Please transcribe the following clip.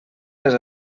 les